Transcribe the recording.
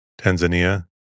Tanzania